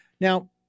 Now